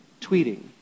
tweeting